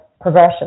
progression